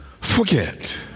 forget